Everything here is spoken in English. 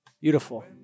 Beautiful